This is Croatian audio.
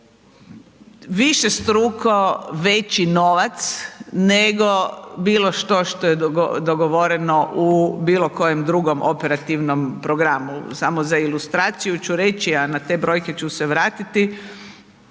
višestruko veći novac nego bilo što što je dogovoreno u bilo kojem drugom operativnom programu. Samo za ilustraciju ću reći a na te brojke ću se vratiti